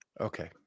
Okay